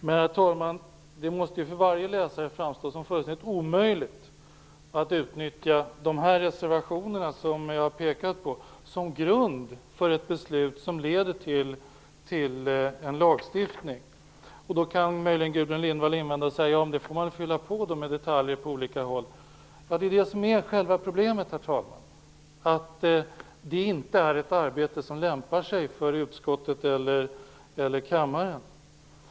Men, herr talman, det måste för varje läsare framstå som fullständigt omöjligt att utnyttja de reservationer som jag har pekat på som grund för ett beslut som leder till en lagstiftning. Då kan möjligen Gudrun Lindvall invända att man får fylla på med detaljer på olika håll. Men det är just det som är själva problemet, herr talman, nämligen att detta inte är ett arbete som lämpar sig för utskottet eller kammaren.